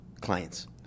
clients